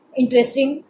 interesting